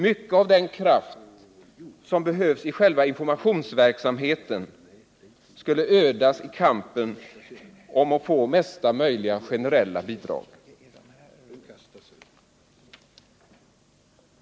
Mycket av den kraft som behövs i själva informationsverksamheten skulle ödas i kampen om att få mesta möjliga generella bidrag.